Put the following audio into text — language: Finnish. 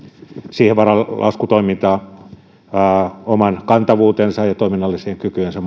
siihen varalaskutoimintaan oman kantavuutensa ja toiminnallisten kykyjensä